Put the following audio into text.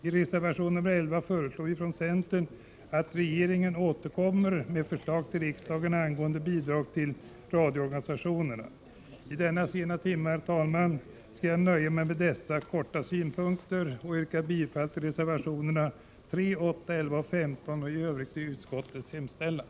I reservation 11 begär vi från centern att regeringen återkommer med förslag till riksdagen angående statsbidraget till radioorganisationerna. Herr talman! I denna sena timme skall jag nöja mig med dessa synpunkter och yrkar bifall till reservationerna 3, 8, 11 och 15 och i övrigt till utskottets hemställan.